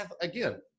again